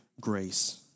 grace